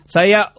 Saya